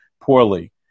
poorly